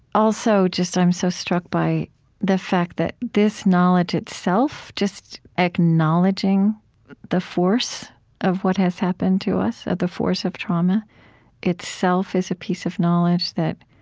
also, i'm so struck by the fact that this knowledge itself, just acknowledging the force of what has happened to us that the force of trauma itself is a piece of knowledge that